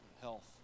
health